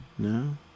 No